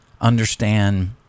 understand